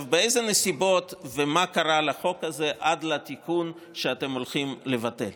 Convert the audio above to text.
מה הנסיבות ומה קרה לחוק הזה עד לתיקון שאתם הולכים לבטל?